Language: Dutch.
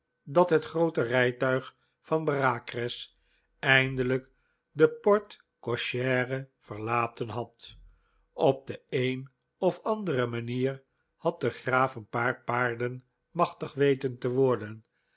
dat het groote rijtuig van bareacres eindelijk de porte cochere verlaten had op de een of andere manier had de graaf een paar paarden machtig weten te worden